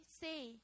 say